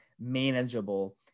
manageable